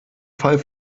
fall